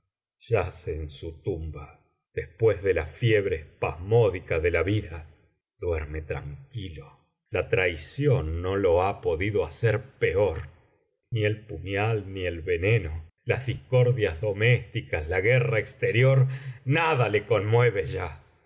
duncan yace en su tumba después de la fiebre espasmódica de la vida duerme tranquilo la traición no lo ha podido hacer peor ni el puñal ni el veneno las discordias domésticas la guerra exterior nada le conmueve ya